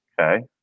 Okay